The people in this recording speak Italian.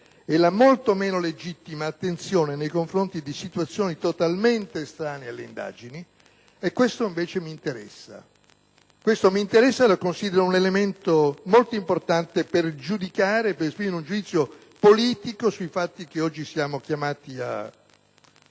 e la molto meno legittima attenzione nei confronti di situazioni totalmente estranee alle indagini, questo mi interessa e lo considero un elemento molto importante per giudicare ed esprimere un giudizio politico sui fatti che oggi siamo chiamati a